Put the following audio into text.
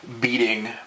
beating